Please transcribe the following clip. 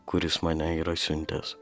kuris mane yra siuntęs